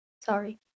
Sorry